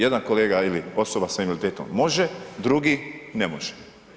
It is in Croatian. Jedan kolega ili osoba s invaliditetom može, drugi ne može.